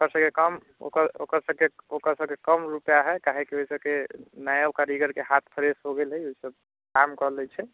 ओकर सबके कम कम रुपैआ हइ काहेकि ओहि सबके नया कारीगरके हाथ फ्रेश हो गेल हइ ओ सब काम कऽ लै छै